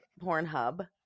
Pornhub